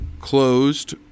closed